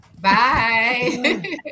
Bye